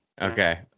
Okay